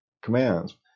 commands